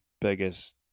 biggest